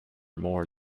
more